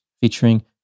featuring